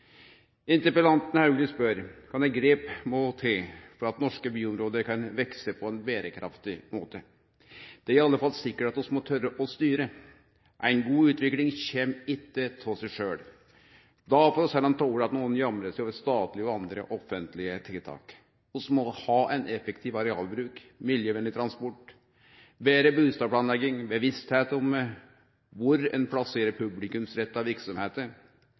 at norske byområde kan vekse på ein berekraftig måte? Det er iallfall sikkert at vi må våge å styre, ei god utvikling kjem ikkje av seg sjølv. Da får vi heller tole at nokon jamrar seg over statlege og andre offentlege tiltak. Vi må ha ein effektiv arealbruk, miljøvennleg transport, betre bustadplanlegging, bevisstheit om kvar ein